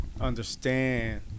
understand –